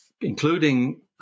including